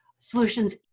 solutions